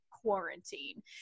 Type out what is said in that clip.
quarantine